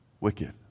wicked